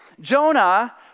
Jonah